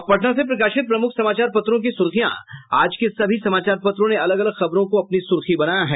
अब पटना से प्रकाशित प्रमुख समाचार पत्रों की सुर्खियां आज के सभी समाचार पत्रों ने अलग अलग खबरों को अपनी सुर्खी बनाया है